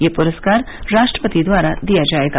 ये पुरस्कार राष्ट्रपति द्वारा दिया जाएगा